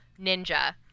ninja